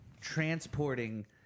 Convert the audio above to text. transporting